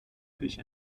küche